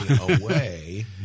away